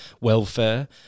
welfare